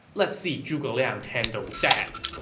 let's see zhuge liang handle that.